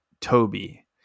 toby